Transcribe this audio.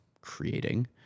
creating